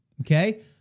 okay